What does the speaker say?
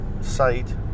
site